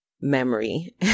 memory